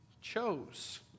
chose